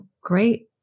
great